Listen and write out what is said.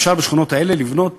אפשר בשכונות האלה לבנות